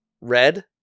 red